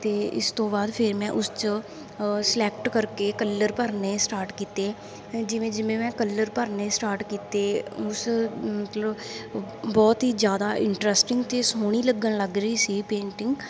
ਅਤੇ ਇਸ ਤੋਂ ਬਾਅਦ ਫੇਰ ਮੈਂ ਉਸ 'ਚ ਸਲੈਕਟ ਕਰਕੇ ਕੱਲਰ ਭਰਨੇ ਸਟਾਟ ਕੀਤੇ ਜਿਵੇਂ ਜਿਵੇਂ ਮੈਂ ਕੱਲਰ ਭਰਨੇ ਸਟਾਟ ਕੀਤੇ ਉਸ ਮਤਲਬ ਬਹੁਤ ਹੀ ਜ਼ਿਆਦਾ ਇੰਨਟਰਸਟਿੰਗ ਅਤੇ ਸੋਹਣੀ ਲੱਗਣ ਲੱਗ ਰਹੀ ਸੀ ਪੇਂਟਿੰਗ